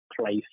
place